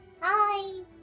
Hi